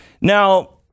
Now